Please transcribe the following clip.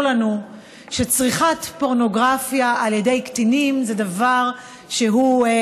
לנו שצריכת פורנוגרפיה על ידי קטינים זה דבר חמור.